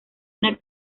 una